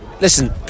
listen